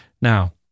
Now